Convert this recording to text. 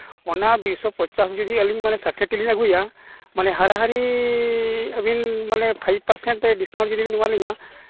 ᱚᱱᱟ ᱢᱤᱫᱥᱚ ᱯᱚᱧᱪᱟᱥ ᱡᱩᱫᱤ ᱟᱹᱞᱤᱧ ᱢᱟᱱᱮ ᱛᱮᱞᱤᱧ ᱟᱹᱜᱩᱭᱟ ᱢᱟᱱᱮ ᱦᱟᱲᱟᱦᱟᱹᱲᱤ ᱟᱹᱵᱤᱱ ᱢᱟᱱᱮ ᱯᱷᱟᱭᱤᱵᱷ ᱯᱟᱨᱥᱮᱱᱴ ᱰᱤᱥᱠᱟᱣᱩᱱᱴ ᱡᱩᱫᱤ ᱵᱮᱱ ᱮᱢᱟ ᱞᱤᱧᱟ